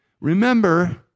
Remember